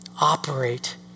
operate